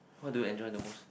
how to enjoy the most